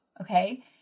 okay